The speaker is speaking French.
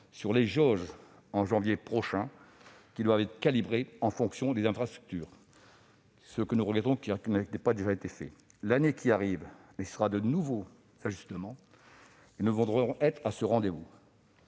pour les jauges. Dès janvier prochain, elles doivent être calibrées en fonction des infrastructures. Nous regrettons que cela n'ait pas déjà été fait. L'année qui arrive nécessitera de nouveaux ajustements, et nous devrons être au rendez-vous.